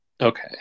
Okay